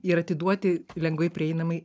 ir atiduoti lengvai prieinamai